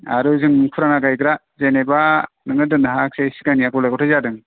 आरो जों फुराना गायग्रा जेनोबा नोङो दोननो हायाखिसै सिगांनिया गलाइ गथाइ जादों